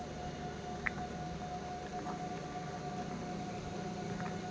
ನೈಸರ್ಗಿಕವಾಗಿ ಸಿಗು ಸಂಪನ್ಮೂಲಾನ ಚುಲೊತಂಗ ಬಳಸಕೊಂಡ ಹವಮಾನ ಬದಲಾವಣೆ ತಡಿಯುದು